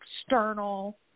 external